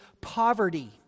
poverty